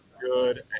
good